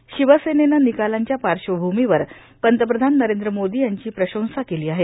र्शिवसेनेनं र्निकालांच्या पाश्वभूमीवर पंतप्रधान नरद्र मोर्दा यांची प्रशंसा केला आहे